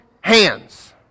hands